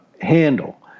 handle